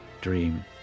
dream